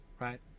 right